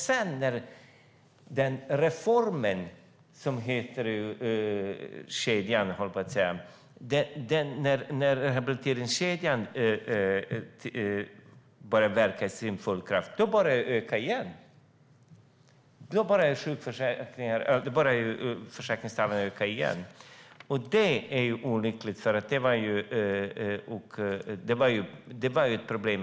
Men när reformen rehabiliteringskedjan verkade i sin fulla kraft ökade sjukfrånvaron igen. Det var olyckligt och det var ett stort problem.